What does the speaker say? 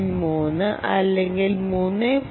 3 അല്ലെങ്കിൽ 3